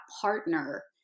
partner